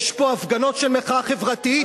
יש פה הפגנות של מחאה חברתית,